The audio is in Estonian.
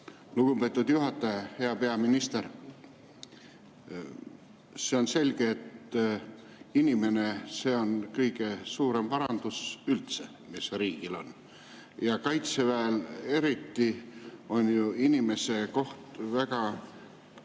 Lugupeetud juhataja! Hea peaminister! See on selge, et inimene, see on kõige suurem varandus üldse, mis riigil on. Ja kaitseväes eriti on ju inimese koht väga